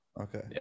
Okay